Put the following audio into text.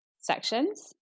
sections